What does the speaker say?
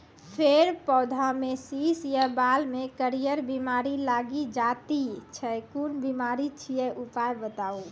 फेर पौधामें शीश या बाल मे करियर बिमारी लागि जाति छै कून बिमारी छियै, उपाय बताऊ?